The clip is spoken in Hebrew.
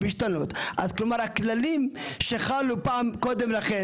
כלומר הכללים שחלו פעם קודם לכן,